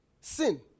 Sin